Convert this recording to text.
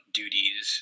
duties